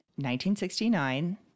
1969